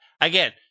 again